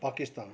Pakistan